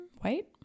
white